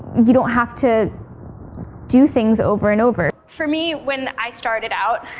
you don't have to do things over and over. for me, when i started out.